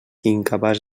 incapaç